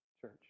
church